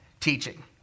teaching